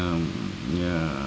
um yeah